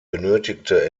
benötigte